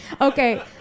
Okay